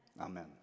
amen